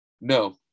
No